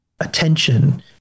attention